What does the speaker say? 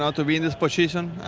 um to be in this position.